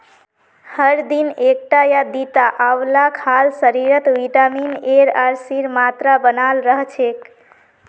हर दिन एकटा या दिता आंवला खाल शरीरत विटामिन एर आर सीर मात्रा बनाल रह छेक